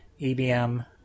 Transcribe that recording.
EBM